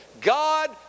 God